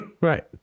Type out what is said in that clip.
Right